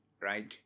right